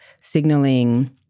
signaling